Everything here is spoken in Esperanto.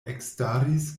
ekstaris